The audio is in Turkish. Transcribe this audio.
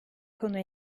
konu